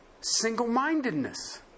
Single-mindedness